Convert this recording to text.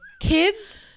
Kids